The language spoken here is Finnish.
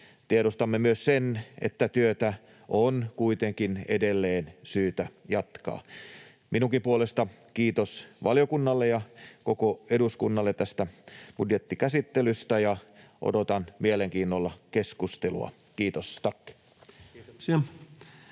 tiedostamme myös sen, että työtä on kuitenkin edelleen syytä jatkaa. Minunkin puolestani kiitos valiokunnalle ja koko eduskunnalle tästä budjettikäsittelystä. Odotan mielenkiinnolla keskustelua. — Kiitos,